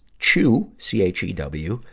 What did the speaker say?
chew, c h e w.